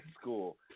school